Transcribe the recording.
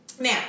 Now